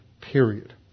period